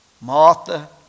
Martha